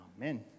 Amen